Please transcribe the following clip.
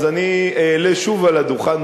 אני אעלה שוב לדוכן,